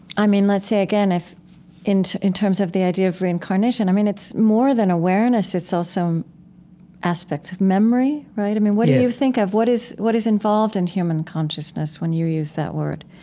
i mean, let's say again, if in in terms of the idea of reincarnation, i mean, it's more than awareness. it's also aspects of memory, right? i mean, what do you think of? what is what is involved in human consciousness when you use that word?